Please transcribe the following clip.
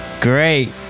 great